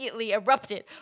erupted